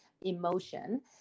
emotion